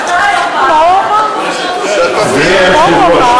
אדוני היושב-ראש,